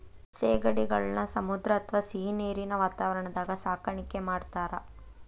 ಸೇಗಡಿಗಳನ್ನ ಸಮುದ್ರ ಅತ್ವಾ ಸಿಹಿನೇರಿನ ವಾತಾವರಣದಾಗ ಸಾಕಾಣಿಕೆ ಮಾಡ್ತಾರ